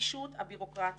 פישוט הביורוקרטיה.